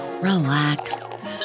relax